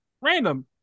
random